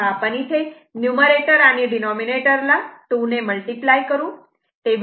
तेव्हा आपण इथे नुमरेटर आणि डिनोमिनिटर ला 2 ने मल्टिप्लाय करू